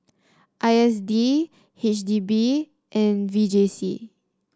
I S D H D B and V J C